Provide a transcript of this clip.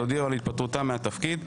הודיעו על התפטרותם מהתפקיד.